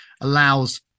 allows